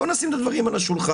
בואו נשים את הדברים על השולחן,